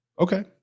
Okay